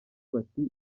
bati